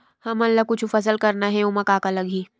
हमन ला कुछु फसल करना हे ओमा का का लगही?